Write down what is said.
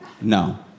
no